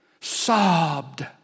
sobbed